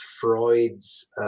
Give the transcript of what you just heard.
Freud's